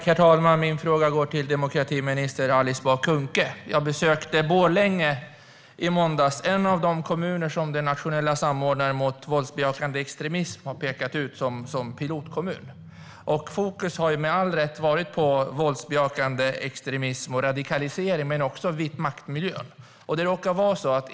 Herr talman! Min fråga går till demokratiminister Alice Bah Kuhnke. I måndags besökte jag Borlänge. Det är en av de kommuner som den nationella samordnaren mot våldsbejakande extremism har pekat ut som pilotkommun. Fokus har med all rätt varit på våldsbejakande extremism och radikalisering men också på vitmaktmiljö.